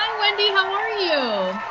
um wendy, how are you?